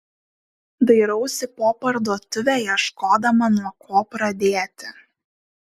dairausi po parduotuvę ieškodama nuo ko pradėti